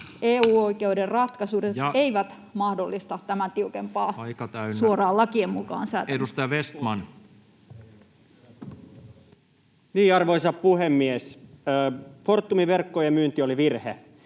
EU-oikeuden ratkaisut eivät mahdollista tämän tiukempaa [Puhemies: Ja aika täynnä!] suoraan lakien mukaan säätämistä. Edustaja Vestman. Arvoisa puhemies! Fortumin verkkojen myynti oli virhe.